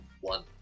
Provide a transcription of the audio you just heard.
one